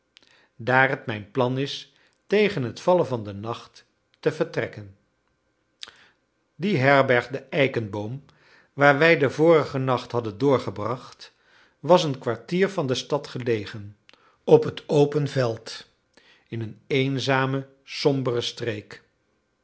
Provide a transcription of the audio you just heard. daar het mijn plan is tegen het vallen van den nacht te vertrekken die herberg de eikenboom waar wij den vorigen nacht hadden doorgebracht was een kwartier van de stad gelegen op het open veld in eene eenzame sombere streek